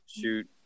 shoot